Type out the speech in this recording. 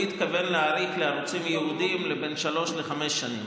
הוא התכוון להאריך לערוצים ייעודיים בין שלוש לחמש שנים.